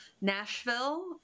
Nashville